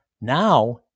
Now